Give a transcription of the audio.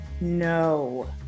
no